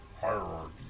hierarchy